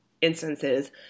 instances